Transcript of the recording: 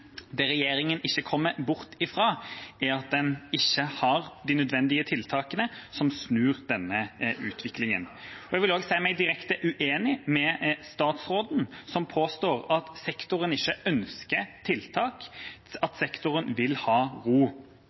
Det regjeringa ikke kommer bort fra, er at den ikke har de nødvendige tiltakene som snur denne utviklingen. Jeg vil også si meg direkte uenig med statsråden, som påstår at sektoren ikke ønsker tiltak, at sektoren vil ha ro.